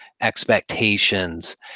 expectations